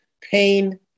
pain